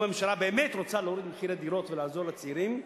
אם הממשלה באמת רוצה להוריד מחירי דירות ולעזור לצעירים,